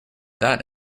that